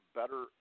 better